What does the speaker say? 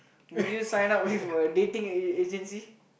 would you sign up with for a dating a~ agency